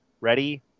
Ready